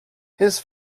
his